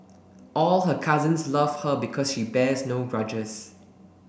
all her cousins love her because she bears no grudges